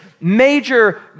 major